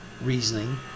reasoning